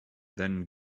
then